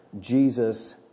Jesus